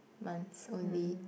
months only